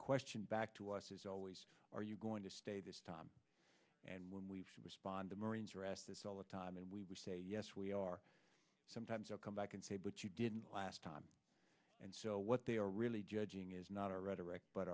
question back to us is always are you going to stay this time and when we've responded marines are asked this all the time and we say yes we are sometimes i'll come back and say but you didn't last time and so what they are really judging is not our rhetoric but